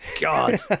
God